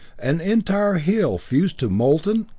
an entire hill fused to molten,